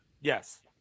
yes